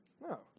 No